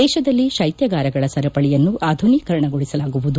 ದೇಶದಲ್ಲಿ ಕೈತ್ಲಗಾರಗಳ ಸರಪಳಿಯನ್ನು ಆಧುನೀಕರಣಗೊಳಿಸಲಾಗುವುದು